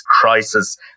crisis